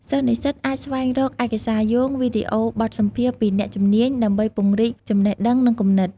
សិស្សនិស្សិតអាចស្វែងរក ឯកសារយោង វីដេអូបទសម្ភាសន៍ពីអ្នកជំនាញ ដើម្បីពង្រីកចំណេះដឹង និងគំនិត។